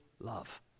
love